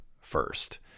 first